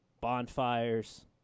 bonfires